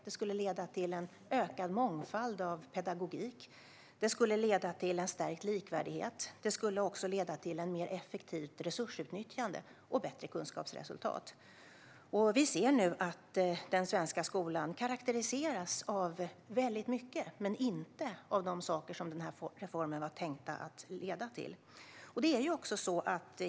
Det skulle leda till en ökad mångfald av pedagogik, till en stärkt likvärdighet, till ett bättre resursutnyttjande och till bättre kunskapsresultat. Vi ser nu att den svenska skolan karakteriseras av väldigt mycket, men inte av de saker som reformen var tänkt att leda till.